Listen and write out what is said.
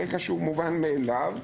רגע שהוא מובן מאליו.